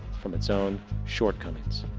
from it's own shortcomings.